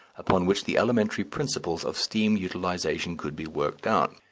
upon which the elementary principles of steam utilization could be worked out.